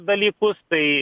dalykus tai